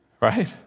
Right